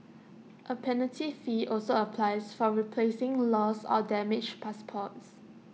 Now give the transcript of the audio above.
A penalty fee also applies for replacing lost or damaged passports